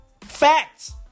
Facts